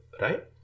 right